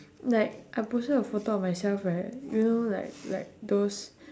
like I posted a photo of myself right you know like like those